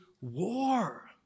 war